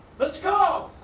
let's go!